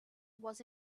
was